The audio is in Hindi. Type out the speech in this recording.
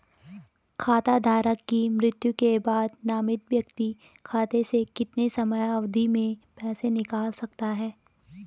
खाता धारक की मृत्यु के बाद नामित व्यक्ति खाते से कितने समयावधि में पैसे निकाल सकता है?